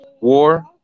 War